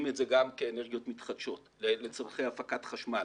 את זה גם כאנרגיות מתחדשות לצורכי הפקת חשמל,